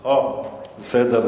בסדר.